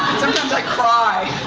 sometimes i cry!